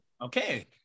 okay